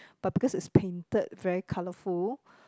but because is painted very colourful